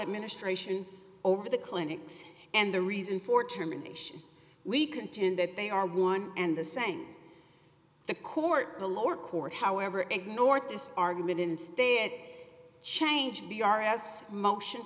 administration over the clinics and the reason for termination we contend that they are one and the same the court the lower court however ignored this argument instead it changed b r s motion